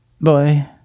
Boy